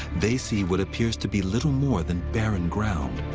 they see what appears to be little more than barren ground.